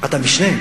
אתה משנה?